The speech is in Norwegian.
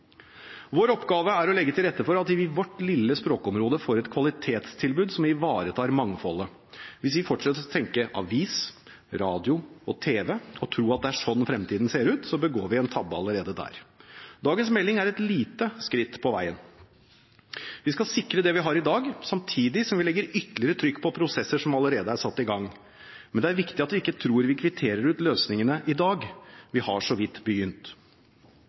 Vår oppgave er å legge til rette for at vi i vårt lille språkområde får et kvalitetstilbud som ivaretar mangfoldet. Hvis vi fortsetter å tenke avis, radio og tv og tro at det er slik fremtiden ser ut, begår vi en tabbe allerede der. Dagens melding er et lite skritt på veien. Vi skal sikre det vi har i dag, samtidig som vi legger ytterligere trykk på prosesser som allerede er satt i gang. Men det er viktig at vi ikke tror at vi kvitterer ut løsningene i dag. Vi har så vidt begynt.